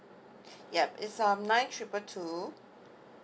yup is um nine triple two